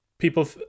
People